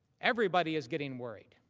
everybody is getting worried.